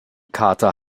kater